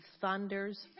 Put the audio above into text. thunders